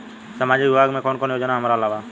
सामाजिक विभाग मे कौन कौन योजना हमरा ला बा?